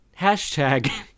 hashtag